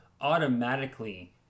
automatically